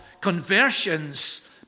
conversions